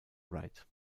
wright